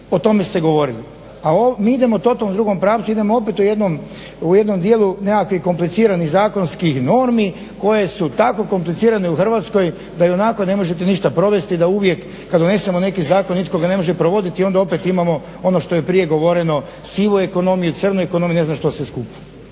o tome ste govorili. A ovo, mi idemo u totalno drugom pravcu, idemo opet u jednom, u jednom dijelu nekakvih kompliciranih zakonskih normi koje su tako komplicirane u Hrvatskoj da ionako ne možete ništa provesti, da uvijek kad donesemo neki zakon, nitko ga ne može provoditi i onda opet imamo ono što je prije govoreno sivu ekonomiju, crnu ekonomiju, ne znam što sve skupa.